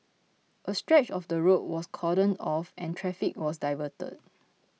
a stretch of the road was cordoned off and traffic was diverted